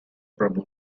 prabhu